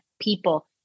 people